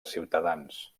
ciutadans